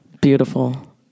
beautiful